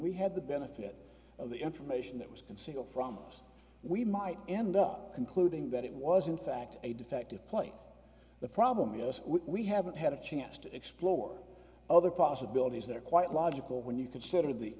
we had the benefit of the information that was concealed from us we might end up concluding that it was in fact a defective ploy the problem is we haven't had a chance to explore other possibilities that are quite logical when you consider the